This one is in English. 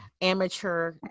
amateur